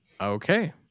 Okay